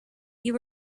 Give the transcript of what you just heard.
you